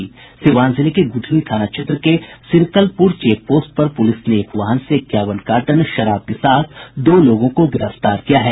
सीवान जिले के गुठनी थाना क्षेत्र में सिरकलपुर चेक पोस्ट पर पुलिस ने एक वाहन से इक्यावन कार्टन विदेशी शराब के साथ दो लोगों को गिरफ्तार किया है